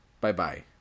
Bye-bye